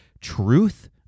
truth